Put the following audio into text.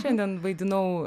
šiandien vaidinau